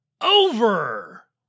over